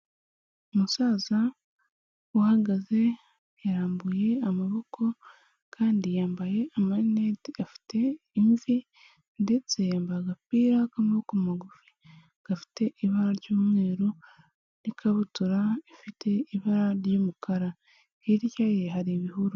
Umusaza uhagaze yarambuye amaboko kandi yambaye amarineti afite imvi ndetse yambaye agapira k'amaboko magufi gafite ibara ry'umweru n'ikabutura ifite ibara ry'umukara hirya ye hari ibihuru.